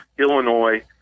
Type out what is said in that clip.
Illinois